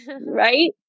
right